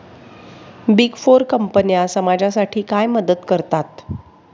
Big four कंपन्या समाजासाठी काय मदत करतात?